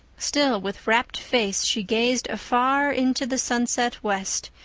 still with rapt face she gazed afar into the sunset west,